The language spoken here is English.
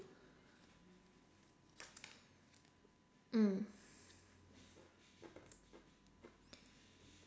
mm